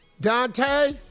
Dante